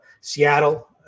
Seattle